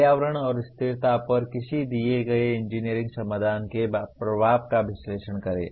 पर्यावरण और स्थिरता पर किसी दिए गए इंजीनियरिंग समाधान के प्रभाव का विश्लेषण करें